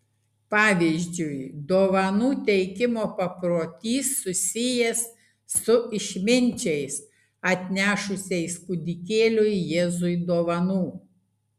pavyzdžiui dovanų teikimo paprotys susijęs su išminčiais atnešusiais kūdikėliui jėzui dovanų